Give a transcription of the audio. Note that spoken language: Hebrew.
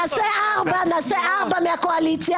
נקבע ארבעה מהקואליציה,